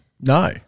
No